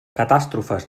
catàstrofes